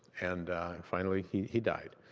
and finally, he he died.